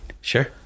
Sure